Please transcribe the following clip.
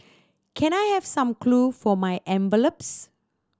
can I have some glue for my envelopes